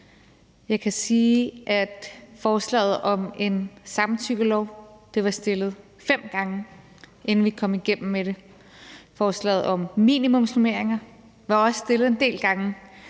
Jeg kan sige, at forslaget om en samtykkelov blev fremsat fem gange, inden vi kom igennem med det. Forslaget om minimumsnormeringer blev også fremsat en del gange,